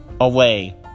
away